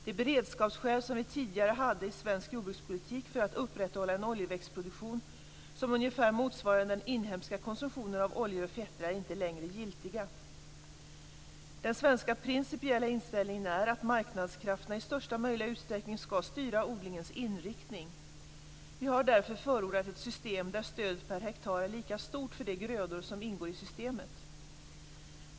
De beredskapsskäl som vi tidigare hade i svensk jordbrukspolitik för att upprätthålla en oljeväxtproduktion som ungefär motsvarade den inhemska konsumtionen av oljor och fetter är inte längre giltiga. Den svenska principiella inställningen är att marknadskrafterna i största möjliga utsträckning skall styra odlingens inriktning. Vi har därför förordat ett system där stödet per hektar är lika stort för de grödor som ingår i systemet.